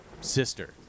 sister